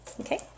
Okay